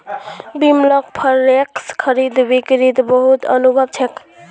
बिमलक फॉरेक्स खरीद बिक्रीत बहुत अनुभव छेक